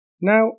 Now